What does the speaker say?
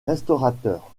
restaurateurs